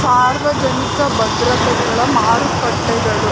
ಸಾರ್ವಜನಿಕ ಭದ್ರತೆಗಳ ಮಾರುಕಟ್ಟೆಗಳು